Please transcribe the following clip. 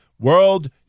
World